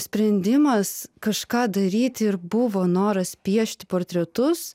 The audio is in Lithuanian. sprendimas kažką daryti ir buvo noras piešti portretus